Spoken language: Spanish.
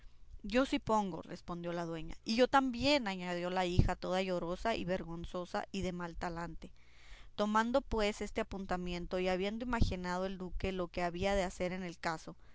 yo sí pongo respondió la dueña y yo también añadió la hija toda llorosa y toda vergonzosa y de mal talante tomado pues este apuntamiento y habiendo imaginado el duque lo que había de hacer en el caso